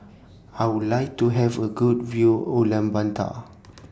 I Would like to Have A Good View Ulaanbaatar